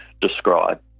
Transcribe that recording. describe